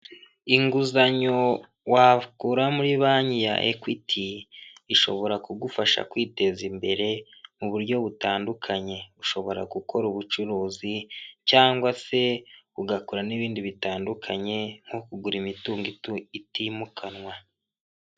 Imodoka yo mu bwoko bwa dayihatsu yifashishwa mu gutwara imizigo ifite ibara ry'ubururu ndetse n'igisanduku cy'ibyuma iparitse iruhande rw'umuhanda, aho itegereje gushyirwamo imizigo. Izi modoka zikaba zifashishwa mu kworoshya serivisi z'ubwikorezi hirya no hino mu gihugu. Aho zifashishwa mu kugeza ibintu mu bice bitandukanye by'igihugu.